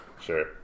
Sure